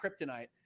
kryptonite